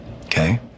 Okay